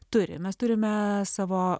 turim mes turime savo